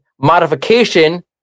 Modification